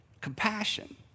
compassion